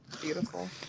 Beautiful